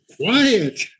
quiet